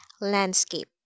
landscape